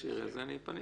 כפי